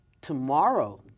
tomorrow